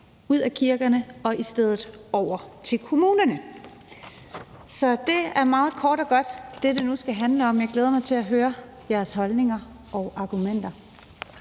ud af kirkerne og i stedet over til kommuner. Så det er meget kort og godt det, det nu skal handle om. Jeg glæder mig til at høre jeres holdninger og argumenter.